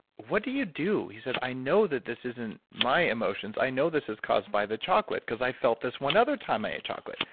what do you do? he said, i know that this isn't my emotions. i know this is caused by the chocolate because i felt this one other time i ate chocolate.